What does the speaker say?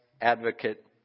advocate